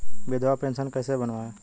विधवा पेंशन कैसे बनवायें?